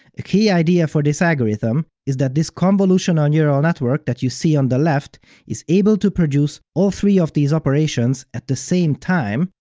a key idea for this algorithm is that this convolutional neural network you see on the left is able to produce all three of these operations at the same time,